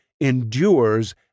endures